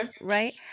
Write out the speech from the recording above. Right